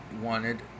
wanted